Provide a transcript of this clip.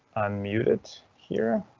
unmute it here.